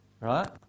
right